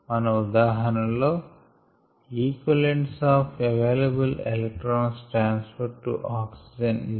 మన ఉదాహరణ లో equivalents of available electrons transferred to oxygen 4b